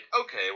okay